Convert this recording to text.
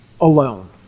alone